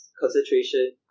concentration